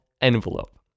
envelope